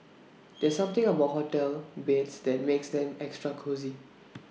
there's something about hotel beds that makes them extra cosy